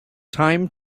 time